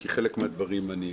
כי עם חלק מהדברים אני מסכים.